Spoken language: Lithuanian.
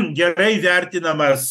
gerai vertinamas